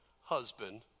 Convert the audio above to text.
husband